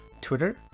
Twitter